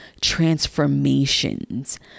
transformations